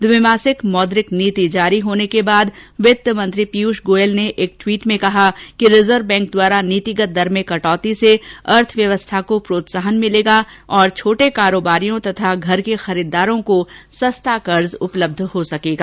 द्विमासिक मौद्रिक नीति जारी होने के बाद वित्त मंत्री पीयूष गोयल ने एक ट्विट में कहा कि रिजर्व बैंक द्वारा नीतिगत दर में कटौती से अर्थव्यवस्था को प्रोत्साहन मिलेगा और छोटे कारोबारियों तथा घर के खरीददारों को सस्ता कर्ज उपलब्ध हो सकेगा